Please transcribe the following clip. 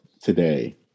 today